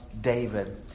David